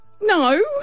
No